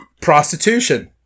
prostitution